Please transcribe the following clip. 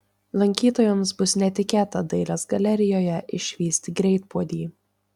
lankytojams bus netikėta dailės galerijoje išvysti greitpuodį